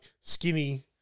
skinny